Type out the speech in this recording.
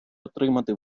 отримати